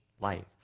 life